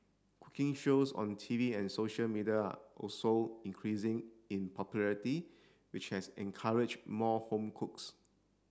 cooking shows on T V and social media are also increasing in popularity which has encouraged more home cooks